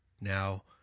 Now